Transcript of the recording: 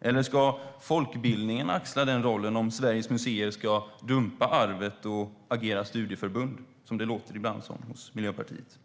Eller ska folkbildningen axla den rollen om Sveriges museer ska dumpa arvet och agera studieförbund, som det ibland låter som hos Miljöpartiet?